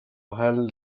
held